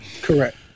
Correct